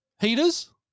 Heaters